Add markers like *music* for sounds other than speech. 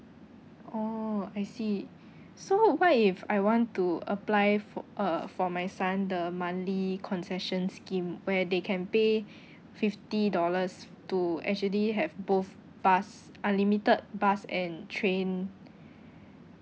oh I see so what if I want to apply fo~ uh for my son the monthly concession scheme where they can pay *breath* fifty dollars to actually have both bus unlimited bus and train *breath*